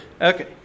Okay